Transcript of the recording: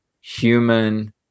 human